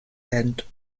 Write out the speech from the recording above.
end